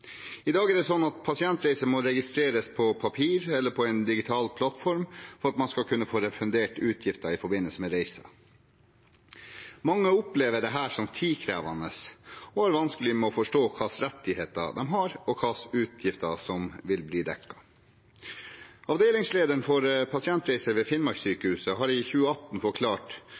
I dag er det sånn at pasientreiser må registreres på papir eller på en digital plattform for at man skal kunne få refundert utgifter i forbindelse med reiser. Mange opplever dette som tidkrevende og har vansker med å forstå hva slags rettigheter de har, og hva slags utgifter som vil bli dekket. Avdelingslederen for Pasientreiser ved Finnmarkssykehuset har i 2018